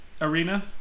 arena